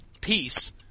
peace